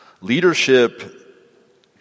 Leadership